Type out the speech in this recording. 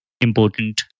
important